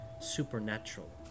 supernatural